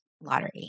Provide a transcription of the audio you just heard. lottery